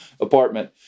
apartment